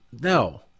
no